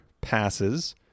passes